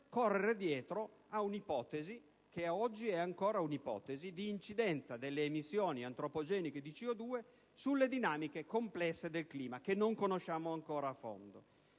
correre dietro a un'ipotesi (che oggi è ancora un'ipotesi) di incidenza delle emissioni antropogeniche di CO2 sulle dinamiche complesse del clima, che non conosciamo ancora a fondo.